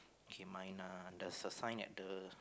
K mine uh there's a sign at the